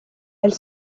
elle